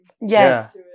Yes